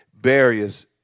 barriers